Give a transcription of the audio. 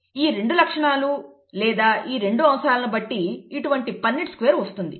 ఈ రెండూ లక్షణాలు లేదా ఈ రెండు అంశాలను బట్టి ఇటువంటి పన్నెట్ స్క్వేర్ వస్తుంది